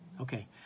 Okay